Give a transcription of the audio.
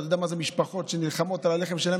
ואתה יודע מה זה משפחות שנלחמות על הלחם שלהן,